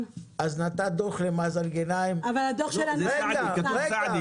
אז נתת דוח למאזן גנאים --- כתוב "סעדי",